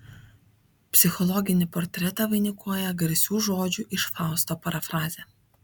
psichologinį portretą vainikuoja garsių žodžių iš fausto parafrazė